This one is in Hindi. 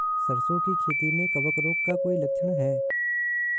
सरसों की खेती में कवक रोग का कोई लक्षण है?